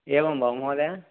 एवं वा महोदय